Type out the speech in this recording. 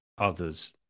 others